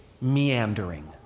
Meandering